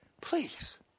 Please